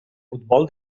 futbol